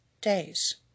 days